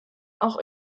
auch